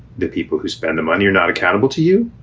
the people who spend the money, you're not accountable to you.